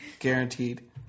Guaranteed